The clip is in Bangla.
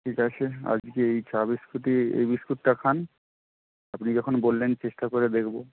ঠিক আছে আজকে এই চা বিস্কুটই এই বিস্কুটটা খান আপনি যখন বললেন চেষ্টা করে দেখবো